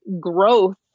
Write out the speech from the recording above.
growth